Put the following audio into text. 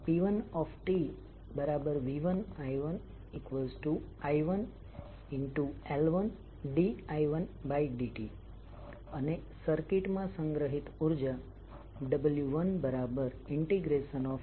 એનું સૌથી સામાન્ય ઉદાહરણ ટ્રાન્સફોર્મર છે જ્યાં ઇલેક્ટ્રિકલ ડિવાઇસ એ મેગ્નેટિક કપલીંગ ના કન્સેપ્ટ ના આધારે ડિઝાઇન થયેલ છે હવે તે એક સર્કિટ માંથી બીજા માં ઉર્જા સ્થાનાંતરિત કરવા માટે ચુંબકીય રીતે કપલ્ડ કોઇલ નો ઉપયોગ કરે છે